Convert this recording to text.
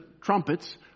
Trumpets